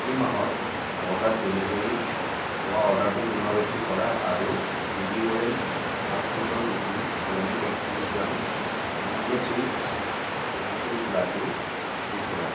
এই মাহত বজাত ডেলিভাৰী হোৱা অৰ্ডাৰটোৰ পুনৰাবৃত্তি কৰা আৰু বি বি ৰ'য়েল আখৰোটৰ গুটিৰ সলনি এক কিলোগ্ৰাম আনন্দ চুইট্ছ মটিচূৰ লাডু যোগ কৰা